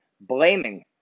blaming